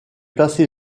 placé